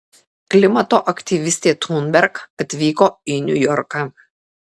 klimato aktyvistė thunberg atvyko į niujorką